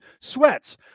sweats